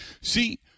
see